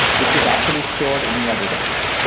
which is actually stored in your database.